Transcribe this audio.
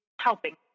helping